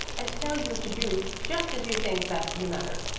and to tell you to do just as you think best in the matter.